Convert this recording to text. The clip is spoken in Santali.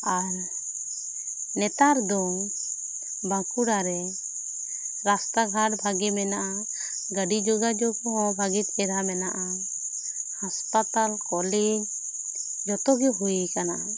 ᱟᱨ ᱱᱮᱛᱟᱨ ᱫᱚ ᱵᱟᱸᱠᱩᱲᱟ ᱨᱮ ᱨᱟᱥᱛᱟ ᱜᱟᱴ ᱵᱷᱟᱹᱜᱤ ᱢᱮᱱᱟᱜᱼᱟ ᱜᱟᱹᱰᱤ ᱡᱚᱜᱟ ᱡᱚᱜᱽ ᱵᱷᱟᱹᱜᱤ ᱪᱮᱨᱦᱟ ᱢᱮᱱᱟᱜᱼᱟ ᱦᱟᱥᱯᱟᱛᱟᱞ ᱠᱚᱞᱮᱡᱽ ᱡᱚᱛᱚ ᱜᱮ ᱦᱩᱭ ᱟᱠᱟᱱᱟ